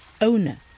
owner